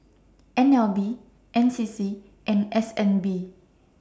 N L B N C C and S N B